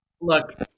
Look